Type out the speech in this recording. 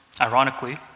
Ironically